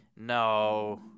no